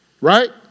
Right